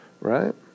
right